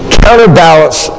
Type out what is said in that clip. counterbalance